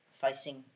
facing